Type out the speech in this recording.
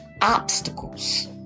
obstacles